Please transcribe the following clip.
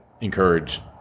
encourage